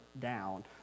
down